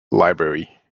library